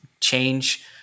change